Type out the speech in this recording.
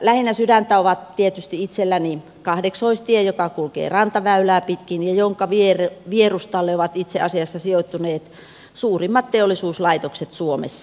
lähinnä sydäntä ovat tietysti itselläni kahdeksaistie joka kulkee rantaväylää pitkin ja jonka vierustalle ovat itse asiassa sijoittuneet suurimmat teollisuuslaitokset suomessa